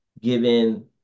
given